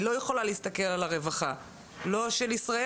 היא לא יכולה להסתכל על הרווחה לא של ישראל